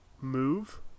move